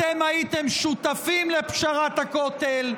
אתם הייתם שותפים לפשרת הכותל.